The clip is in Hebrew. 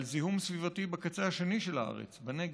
על זיהום סביבתי בקצה השני של הארץ, בנגב.